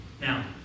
Now